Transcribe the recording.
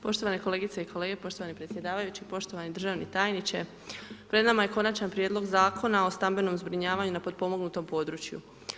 Poštovane kolegice i kolege, poštovani predsjedavajući, poštovani državni tajniče pred nama je Konačni prijedlog Zakona o stambenom zbrinjavanju na potpomognutom području.